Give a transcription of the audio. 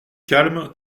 calme